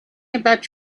about